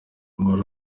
wari